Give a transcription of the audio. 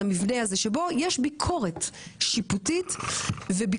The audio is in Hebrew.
המבנה הזה שבו יש ביקורת שיפוטית וביקורת.